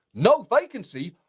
no vacancy?